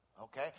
okay